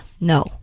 No